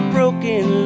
Broken